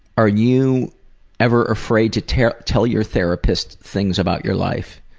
are you ever afraid to tell tell your therapist things about your life?